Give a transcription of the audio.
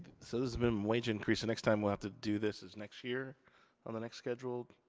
so this minimum wage increase, the next time we'll have to do this is next year on the next schedule?